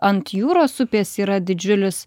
ant jūros upės yra didžiulis